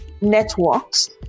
networks